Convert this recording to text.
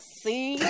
see